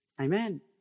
Amen